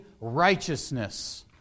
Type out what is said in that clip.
righteousness